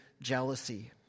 jealousy